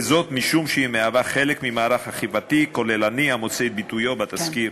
משום שהיא חלק ממערך אכיפתי כוללני המוצא את ביטויו בתזכיר.